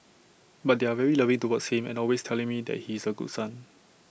but they are very loving towards him and always telling me that he is A good son